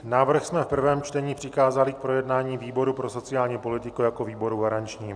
Návrh jsme v prvém čtení přikázali k projednání výboru pro sociální politiku jako výboru garančnímu.